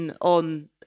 on